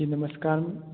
जी नमस्कार